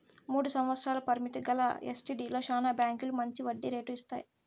మూడు సంవత్సరాల పరిమితి గల ఎస్టీడీలో శానా బాంకీలు మంచి వడ్డీ రేటు ఇస్తాయి